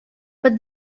but